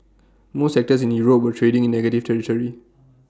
most sectors in Europe were trading in negative territory